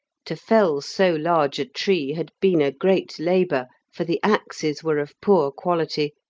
to fell so large a tree had been a great labour, for the axes were of poor quality,